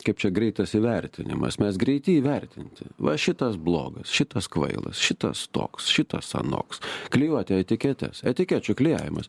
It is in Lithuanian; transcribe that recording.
kaip čia greitas įvertinimas mes greiti įvertinti va šitas blogas šitas kvailas šitas toks šitas anoks klijuoti etiketes etikečių klijavimas